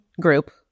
group